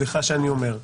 סליחה שאני אומר,